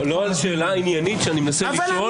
לא על שאלה עניינית שאני מנסה לשאול.